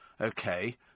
Okay